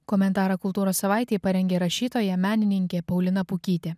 komentarą kultūros savaitei parengė rašytoja menininkė paulina pukytė